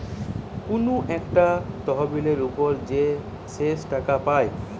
কুনু একটা তহবিলের উপর যে শেষ টাকা পায়